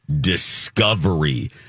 Discovery